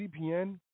CPN